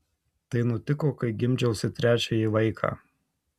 tai nutiko kai gimdžiausi trečiąjį vaiką